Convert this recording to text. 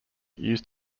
used